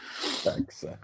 Thanks